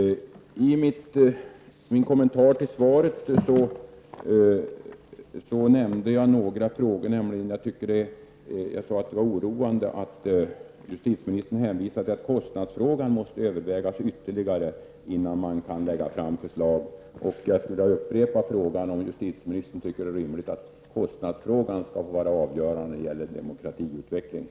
I min kommentar till svaret nämnde jag några frågor. Jag sade t.ex. att jag tyckte att det var oroande att justitieministern hänvisade till att kostnadsfrågan måste övervägas ytterligare innan regeringen kan lägga fram förslag. Jag skulle därför vilja upprepa min fråga om justitieministern anser att det är rimligt att kostnadsfrågan skall få vara avgörande när det gäller demokratiutvecklingen.